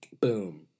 boom